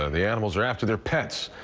and the animals are after their pets.